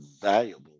valuable